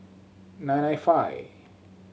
nine nine five